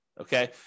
okay